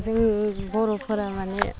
जों बर'फोरा माने